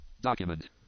document